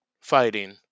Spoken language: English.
fighting